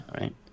right